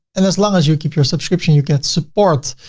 and as long as you keep your subscription, you get support.